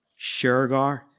Shergar